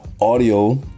audio